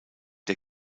der